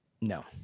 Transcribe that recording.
no